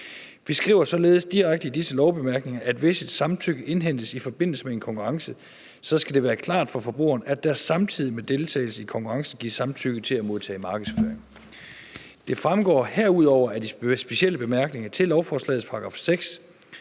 Vi skriver således direkte i disse lovbemærkninger, at hvis et samtykke indhentes i forbindelse med en konkurrence, så skal det være klart for forbrugeren, at der samtidig med deltagelse i konkurrencen gives samtykke til at modtage markedsføring. Det fremgår herudover af de specielle bemærkninger til lovforslagets § 6,